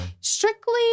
strictly